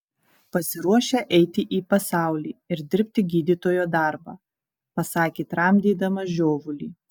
pasiruošę eiti į pasaulį ir dirbti gydytojo darbą pasakė tramdydamas žiovulį